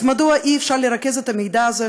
אז מדוע אי-אפשר לרכז את המידע הזה,